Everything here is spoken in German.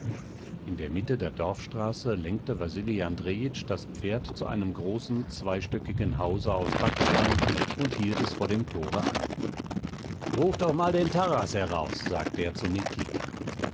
in der mitte der dorfstraße lenkte wasili andrejitsch das pferd zu einem großen zweistöckigen hause aus backstein und hielt es vor dem tore an ruf doch mal taras heraus sagte er zu nikita